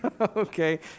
Okay